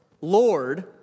Lord